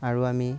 আৰু আমি